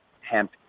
hemp